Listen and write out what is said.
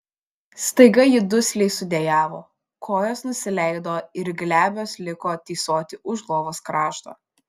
staiga ji dusliai sudejavo kojos nusileido ir glebios liko tysoti už lovos krašto